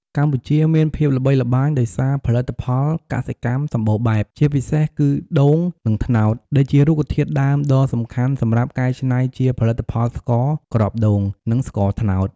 កម្ពុជាមានភាពល្បីល្បាញដោយសារផលិតផលកសិកម្មសម្បូរបែប ជាពិសេសគឺដូង និងត្នោតដែលជារូបធាតុដើមដ៏សំខាន់សម្រាប់កែឆ្នៃជាផលិតផលស្ករគ្រាប់ដូង និង ស្ករត្នោត។